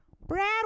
Brad